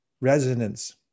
resonance